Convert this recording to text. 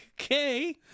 okay